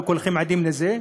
וכולכם עדים לזה,